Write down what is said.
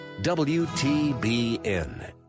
WTBN